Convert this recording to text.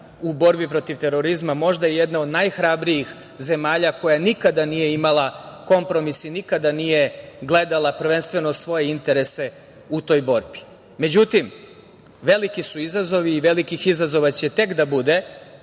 u borbi protiv terorizma, možda jedna od najhrabrijih zemalja koja nikada nije imala kompromis i nikada nije gledala prvenstveno svoje interese u toj borbi.Međutim, veliki su izazovi i velikih izazova će tek da bude,